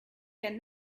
can